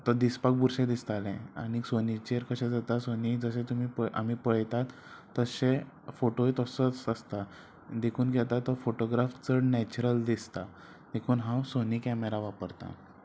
तो दिसपाक बुरशें दिसतालें आनी सोनीचेर कशें जाता सोनी जशे तुमी आमी पळयतात तशे फोटोय तसोच आसता देखून घेता तो फोटोग्राफ चड नॅचरल दिसता देखून हांव सोनी कॅमेरा वापरता